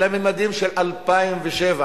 בממדים של 2007,